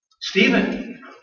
Stephen